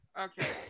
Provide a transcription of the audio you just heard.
Okay